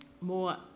more